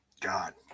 god